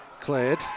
cleared